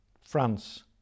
France